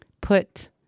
put